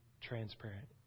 transparent